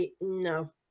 no